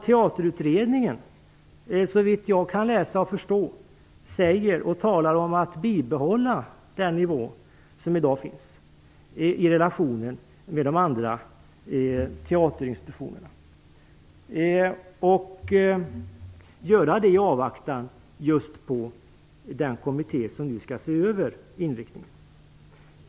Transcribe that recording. Teaterutredningen talar om att bibehålla den nivå som i dag finns i relation till de andra teaterinstitutionerna i avvaktan på den kommitté som nu skall se över inriktningen.